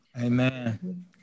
Amen